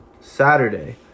Saturday